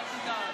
אל תדאג.